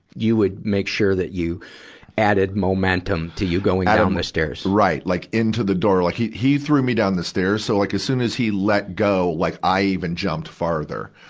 you would make sure that you added momentum to you going down um the stairs. right. like, into the door. like he, he threw me down the stairs. so like as soon as he let go, like i even jumped farther.